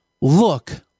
Look